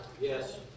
yes